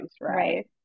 right